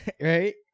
right